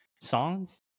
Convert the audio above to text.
songs